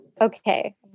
Okay